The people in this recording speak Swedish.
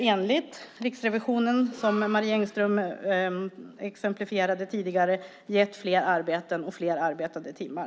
Enligt Riksrevisionen, som Marie Engström tidigare exemplifierade med, har det gett fler arbeten och fler arbetade timmar.